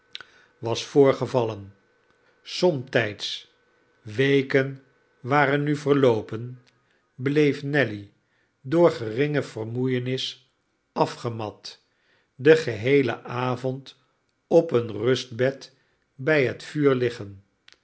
was voorgevallen somtijds weken waren nu verloopen bleef nelly door geringe vermoeienis afgemat den geheelen avond op een rustbed bij het vuur liggen